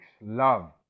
love